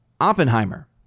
Oppenheimer